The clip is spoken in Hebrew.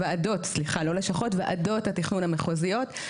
ועדות התכנון המחוזיות,